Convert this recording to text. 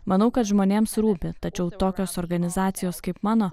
manau kad žmonėms rūpi tačiau tokios organizacijos kaip mano